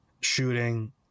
shooting